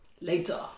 later